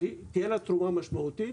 אבל תהיה לה תרומה משמעותית